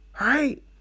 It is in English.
Right